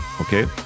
Okay